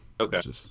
Okay